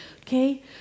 Okay